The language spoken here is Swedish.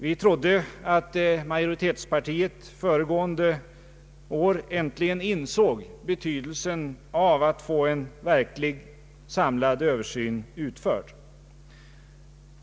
Vi trodde att majoritetspartiet förra året äntligen insåg betydelsen av att få en verklig, samlad översyn utförd.